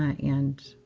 ah and